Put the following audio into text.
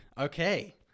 Okay